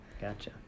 Gotcha